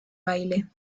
baile